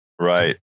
Right